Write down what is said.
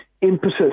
impetus